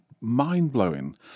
mind-blowing